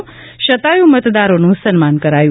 શતાયુ મતદારોનું સન્માન કરાયું